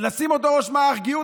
לשים אותו בראש מערך הגיור?